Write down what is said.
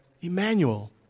Emmanuel